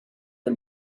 for